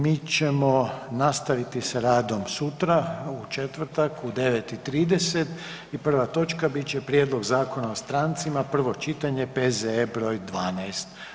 Mi ćemo nastaviti sa radom sutra u četvrtak u 9,30 i prva točka bit će Prijedlog zakona o strancima, prvo čitanje, P.Z.E. br. 12.